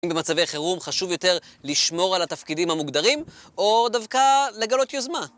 במצבי חירום חשוב יותר לשמור על התפקידים המוגדרים, או דווקא לגלות יוזמה.